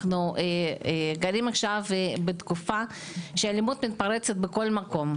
אנחנו נמצאים עכשיו בתקופה שהאלימות מתפרצת בכל מקום.